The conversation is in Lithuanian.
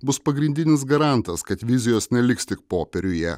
bus pagrindinis garantas kad vizijos neliks tik popieriuje